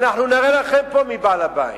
אנחנו נראה לכם מי בעל-הבית.